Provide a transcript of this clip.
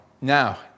Now